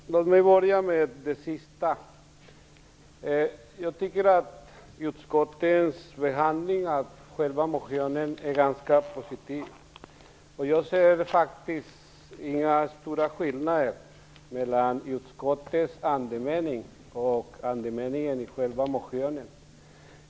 Herr talman! Låt mig börja med det sista. Jag tycker att utskottets behandling av själva motionen är ganska positiv, och jag ser faktiskt inga stora skillnader mellan utskottets andemening och andemeningen i motionen.